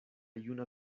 juna